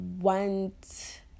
want